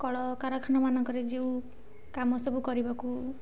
କଳକାରଖାନାମାନଙ୍କରେ ଯେଉଁ କାମ ସବୁ କରିବାକୁ